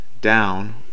down